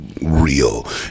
real